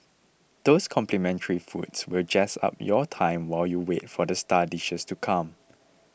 those complimentary foods will jazz up your time while you wait for the star dishes to come